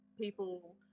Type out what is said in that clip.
people